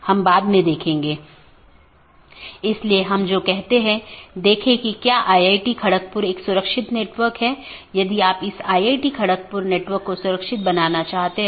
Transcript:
तो ये वे रास्ते हैं जिन्हें परिभाषित किया जा सकता है और विभिन्न नेटवर्क के लिए अगला राउटर क्या है और पथों को परिभाषित किया जा सकता है